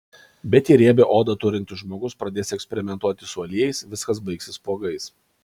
bet jei riebią odą turintis žmogus pradės eksperimentuoti su aliejais viskas baigsis spuogais